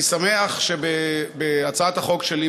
אני שמח שלפי הצעת החוק שלי,